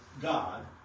God